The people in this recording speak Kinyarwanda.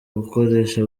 gukoresha